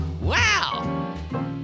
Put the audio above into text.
Wow